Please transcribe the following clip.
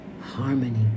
harmony